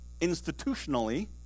institutionally